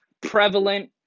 prevalent